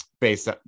based